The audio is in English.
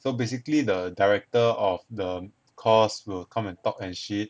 so basically the director of the course will come and talk and shit